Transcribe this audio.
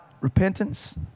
repentance